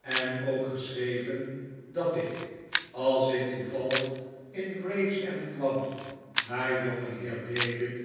en ook geschreven dat ik als ik toevallig in gravesend kwam naar